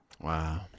Wow